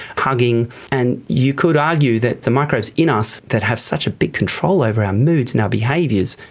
hugging, and you could argue that the microbes in us that have such a big control over our moods and our behaviours,